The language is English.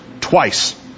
twice